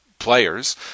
players